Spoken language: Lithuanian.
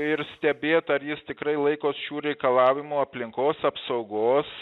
ir stebėt ar jis tikrai laikos šių reikalavimų aplinkos apsaugos